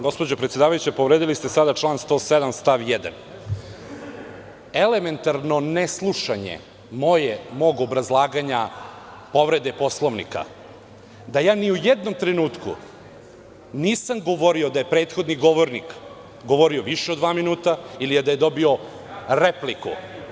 Gospođo predsedavajuća, povredili ste član 107. stav 1. Elementarno neslušanje mog obrazlaganja povrede Poslovnika, gde ni u jednom trenutku nisam govorio da je prethodni govornik govorio više od dva minuta, ili da je dobio repliku.